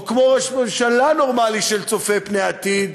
או כמו ראש ממשלה נורמלי שצופה פני עתיד.